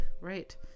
Right